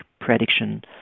prediction